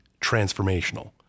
transformational